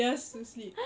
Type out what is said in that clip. just to sleep